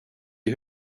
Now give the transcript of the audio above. had